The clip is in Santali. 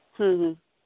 ᱦᱮᱸ ᱦᱮᱸ